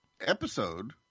episode